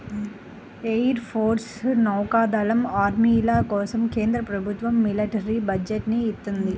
air force, నౌకా దళం, ఆర్మీల కోసం కేంద్ర ప్రభుత్వం మిలిటరీ బడ్జెట్ ని ఇత్తంది